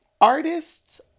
artists